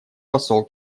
посол